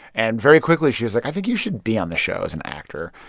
and, very quickly, she was, like, i think you should be on the show as an actor.